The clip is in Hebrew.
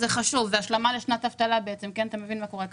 זה חשוב כי זאת בעצם השלמה לשנת אבטלה כי אתה מבין מה קורה כאן.